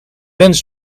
wens